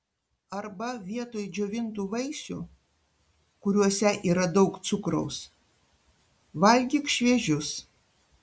arba vietoj džiovintų vaisių kuriuose yra daug cukraus valgyk šviežius